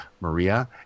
Maria